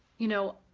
you know,